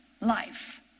life